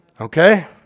Okay